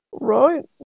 Right